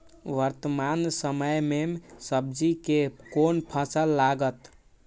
वर्तमान समय में सब्जी के कोन फसल लागत?